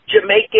Jamaican